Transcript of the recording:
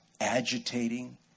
agitating